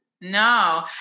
no